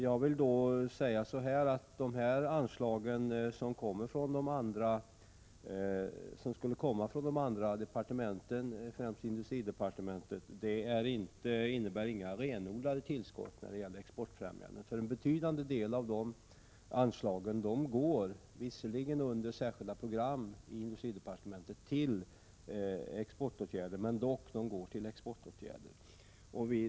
Jag vill då säga att de anslag som i så fall skulle överföras från andra departement, främst industridepartementet, inte innebär några renodlade tillskott till den exportfrämjande verksamheten. En betydande del av dessa anslag i industridepartementet går nämligen redan till exportfrämjande åtgärder — det sker visserligen under särskilda program, men de går dock till exportfrämjande åtgärder.